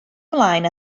ymlaen